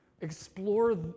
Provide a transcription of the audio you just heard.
explore